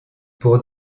pour